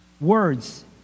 words